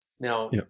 now